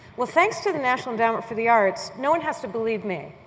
well, thanks to the national endowment for the arts, no one has to believe me